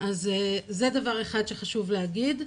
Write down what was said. לא מתייג,